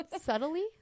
subtly